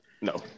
No